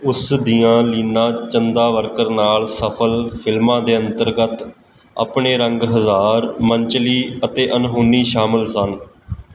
ਉਸ ਦੀਆਂ ਲੀਨਾ ਚੰਦਾਵਰਕਰ ਨਾਲ ਸਫਲ ਫਿਲਮਾਂ ਦੇ ਅੰਤਰਗਤ ਅਪਣੇ ਰੰਗ ਹਜ਼ਾਰ ਮਨਚਲੀ ਅਤੇ ਅਨਹੋਨੀ ਸ਼ਾਮਲ ਸਨ